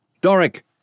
Doric